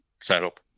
setup